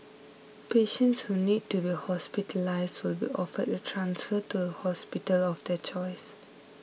patients who need to be hospitalised will be offered a transfer to a hospital of their choice